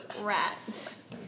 Rats